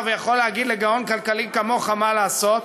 ויכול להגיד לגאון כלכלי כמוך מה לעשות,